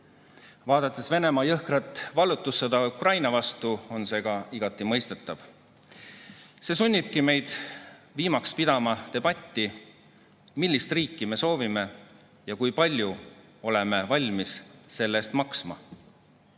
Vaadates Venemaa jõhkrat vallutussõda Ukraina vastu, on see ka igati mõistetav. See sunnibki meid viimaks pidama debatti, millist riiki me soovime ja kui palju oleme valmis selle eest maksma.